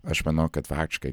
aš manau kad faktiškai